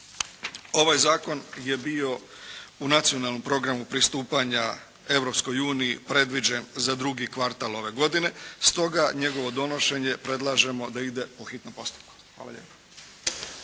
Ovaj zakon je bio u Nacionalnom programu pristupanja Europskoj uniji predviđen za drugi kvartal ove godine, stoga njegovo donošenje predlažemo da ide po hitnom postupku. Hvala lijepo.